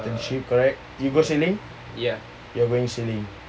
internship correct you go sailing you're going sailing